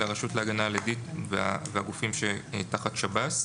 אלה הרשות להגנה על עדים והגופים שמתחת שירות בתי הסוהר.